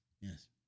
Yes